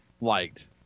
liked